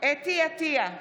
חוה אתי עטייה,